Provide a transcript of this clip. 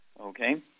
okay